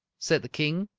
said the king.